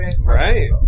Right